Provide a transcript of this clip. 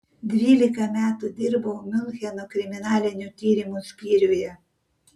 dvylika metų dirbau miuncheno kriminalinių tyrimų skyriuje